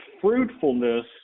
fruitfulness